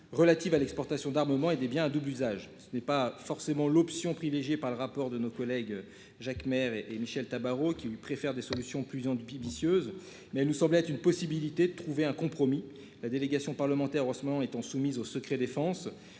relatives à l'exportation d'armements et des biens à double usage, ce n'est pas forcément l'option privilégiée par le rapport de nos collègues. Jacques Maire et et Michèle Tabarot, qui lui préfèrent des solutions plus en 2 BBC eux mais nous semble être une possibilité de trouver un compromis, la délégation parlementaire ce étant soumise au secret défense.